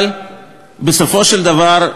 אבל בסופו של דבר,